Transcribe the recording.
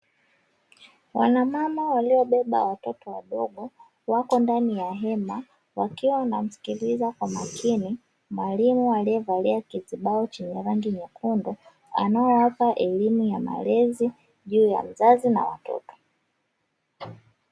Wanamama waliobeba watoto wadogo wako ndani ya hema wakiwa wanamsikiliza kwa makini mwalimu aliyevalia kizibao chenye rangi nyekundu, anayewapa elimu ya malezi juu ya mzazi na watoto.